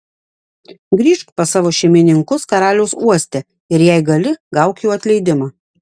grįžk pas savo šeimininkus karaliaus uoste ir jei gali gauk jų atleidimą